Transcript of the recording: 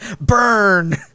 Burn